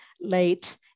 late